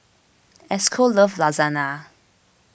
Esco loves Lasagna